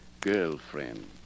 girlfriend